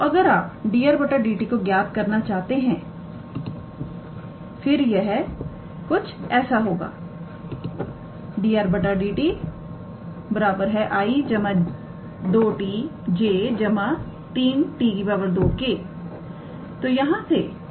तो अगर आप 𝑑𝑟⃗ 𝑑𝑡 को ज्ञात करना चाहते हैं फिर यह कुछ ऐसा होगा 𝑑 𝑟⃗ 𝑑𝑡 𝑖̂ 2𝑡𝑗̂ 3𝑡 2𝑘̂